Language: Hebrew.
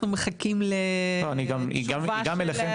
אנחנו מחכים לתשובה של --- היא גם אליכם.